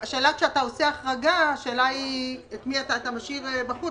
כשאתה עושה החרגה, השאלה את מי אתה משאיר בחוץ.